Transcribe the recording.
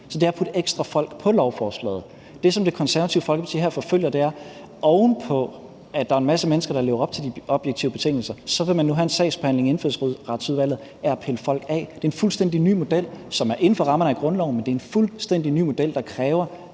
det er at putte ekstra folk på lovforslaget. Det, som Det Konservative Folkeparti her forfølger, er, oven på at der er en masse mennesker, der lever op til de objektive betingelser, så vil man nu have en sagsbehandling i Indfødsretsudvalget med henblik på at pille folk af forslaget. Det er en fuldstændig ny model, som er inden for rammerne af grundloven, men det er en fuldstændig ny model, der kræver